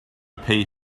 pay